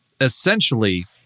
essentially